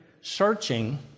searching